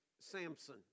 Samson